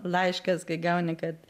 laiškas kai gauni kad